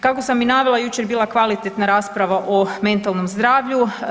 Kako sam i navela jučer je bila kvalitetna rasprava o mentalnom zdravlju.